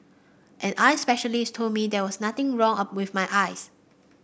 an eye specialist told me there was nothing wrong of with my eyes